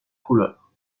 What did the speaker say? couleur